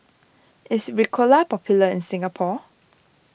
is Ricola popular in Singapore